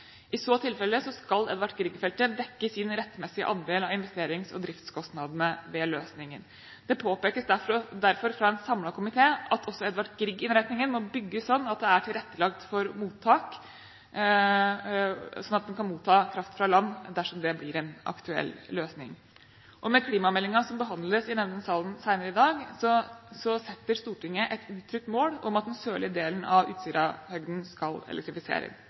I så fall skal Edvard Grieg-feltet dekke sin rettmessige andel av investerings- og driftskostnadene ved løsningen. Det påpekes derfor av en samlet komité at også Edvard Grieg-innretningen må bygges, slik at den er tilrettelagt for mottak, slik at den kan motta kraft fra land dersom det blir en aktuell løsning. I forbindelse med klimameldingen, som behandles i denne salen senere i dag, setter Stortinget et uttrykt mål om at den sørlige delen av Utsirahøyden skal